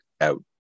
out